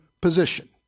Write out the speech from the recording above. position